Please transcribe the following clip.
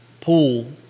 pool